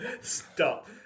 Stop